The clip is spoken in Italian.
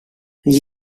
gli